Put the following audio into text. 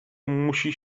musi